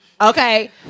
okay